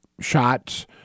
shots